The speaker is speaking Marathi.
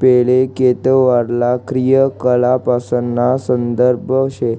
पैले खेतीवरला क्रियाकलापासना संदर्भ शे